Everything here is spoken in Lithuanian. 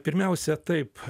pirmiausia taip